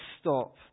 stop